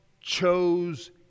chose